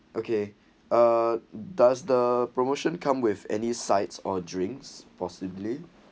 okay uh does the promotion come with any sites or drinks possibly